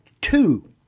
two